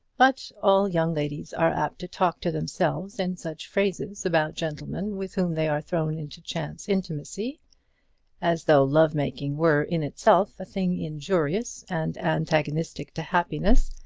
but all young ladies are apt to talk to themselves in such phrases about gentlemen with whom they are thrown into chance intimacy as though love-making were in itself a thing injurious and antagonistic to happiness,